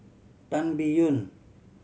Ban Biyun